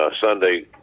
Sunday